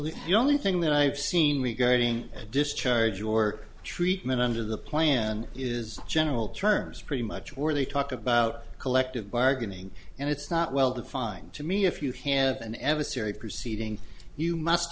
the only thing that i've seen regarding a discharge or treatment under the plan is general terms pretty much where they talk about collective bargaining and it's not well defined to me if you have an emissary proceeding you must